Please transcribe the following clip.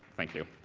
thank you.